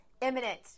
imminent